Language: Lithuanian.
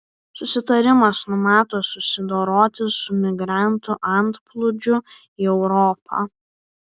susitarimas numato susidoroti su migrantų antplūdžiu į europą